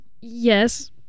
yes